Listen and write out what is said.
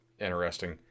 interesting